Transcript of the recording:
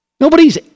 Nobody's